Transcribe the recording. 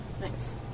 Nice